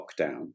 lockdown